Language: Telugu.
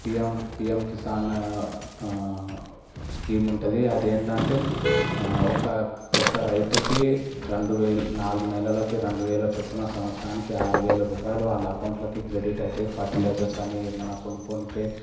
పీఎం పీఎం కిసాన్ స్కీముంటుంది అది ఏంటంటే ఒక ఒక రైతుకి రెండు వేలు నాలుగు నెలలకి రెండు వేలు చొప్పున సంవత్సరానికి ఆరు వేల రూపాయలు వాళ్ళ అకౌంట్లోకి క్రెడిట్ అయితే ఫర్టిలైజర్స్ కానీ ఏమైనా కొనుక్కోనీకి